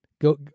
go